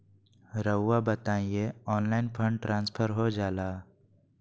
रहुआ बताइए online fund transfer हो जाला?